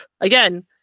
again